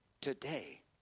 today